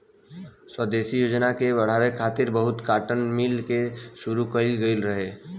स्वदेशी योजना के बढ़ावे खातिर बहुते काटन मिल के शुरू कइल गइल रहे